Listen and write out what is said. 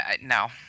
No